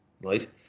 right